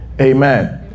Amen